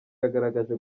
yagaragaje